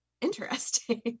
interesting